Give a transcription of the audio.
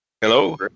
Hello